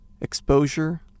exposure